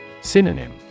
Synonym